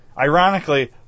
Ironically